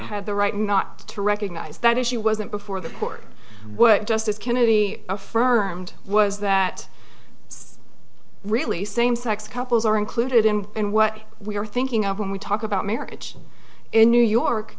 had the right not to recognize that if she wasn't before the court what justice kennedy affirmed was that really same sex couples are included in and what we were thinking of when we talk about marriage in new york